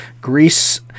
Greece